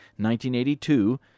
1982